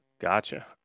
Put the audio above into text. Gotcha